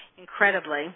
incredibly